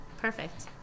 perfect